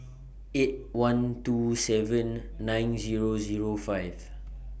eight one two seven nine Zero Zero five